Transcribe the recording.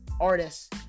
artists